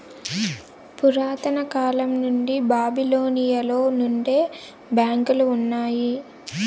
పురాతన కాలం నుండి బాబిలోనియలో నుండే బ్యాంకులు ఉన్నాయి